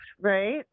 Right